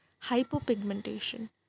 hypopigmentation